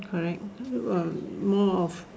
correct still got um more of